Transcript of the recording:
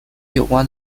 有关